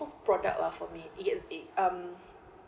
product lah for me it gets eh um